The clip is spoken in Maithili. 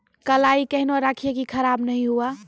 कलाई केहनो रखिए की खराब नहीं हुआ?